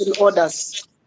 orders